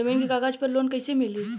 जमीन के कागज पर लोन कइसे मिली?